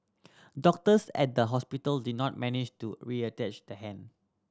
doctors at the hospital did not manage to reattach the hand